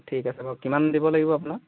ঠিক আছে বাৰু কিমান দিব লাগিব আপোনাক